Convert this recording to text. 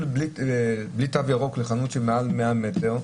בלי תו ירוק לחנות ששטחה הוא מעל 100 מטרים,